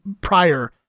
prior